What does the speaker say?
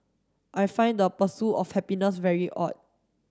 I find the pursue of happiness very odd